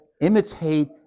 imitate